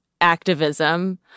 activism